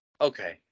Okay